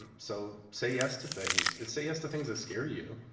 so, say yes to things. and say yes to things that scare you.